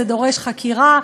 זה דורש חקירה,